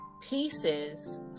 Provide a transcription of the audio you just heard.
pieces